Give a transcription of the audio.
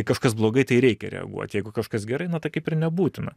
kažkas blogai tai reikia reaguoti jeigu kažkas gerai na tai kaip ir nebūtina